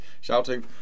shouting